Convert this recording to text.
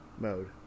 mode